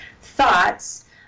thoughts